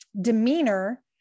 demeanor